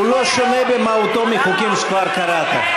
הוא לא שונה במהותו מחוקים שכבר קראת.